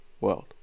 world